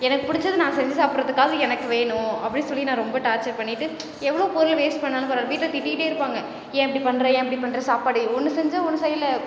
எனக்கு பிடிச்சத நான் செஞ்சு சாப்பிட்றதுக்காக எனக்கு வேணும் அப்படின்னு சொல்லி நான் ரொம்ப டார்ச்சர் பண்ணிட்டு எவ்வளோ பொருளை வேஸ்ட் பண்ணாலும் பரவாயில்ல வீட்டில் திட்டிகிட்டே இருப்பாங்க ஏன் இப்படி பண்ணுற ஏன் இப்படி பண்ணுற சாப்பாடு ஒன்று செஞ்சால் ஒன்று செய்யல